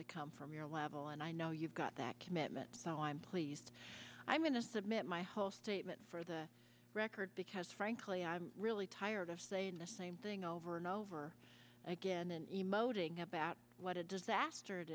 to come from your level and i know you've got that commitment so i'm pleased i'm going to submit my whole statement for the record because frankly i'm really tired of saying the same thing over and over again and emoting about what a disaster it